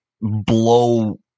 blow